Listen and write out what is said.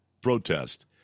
protest